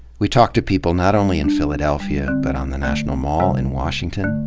we talked to people not only in philadelphia, but on the national mall in washington,